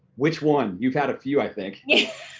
which one? you've had a few, i think. yeah